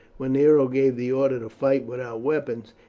when nero gave the order to fight without weapons,